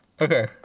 okay